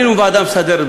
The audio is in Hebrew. עלינו מהוועדה המסדרת,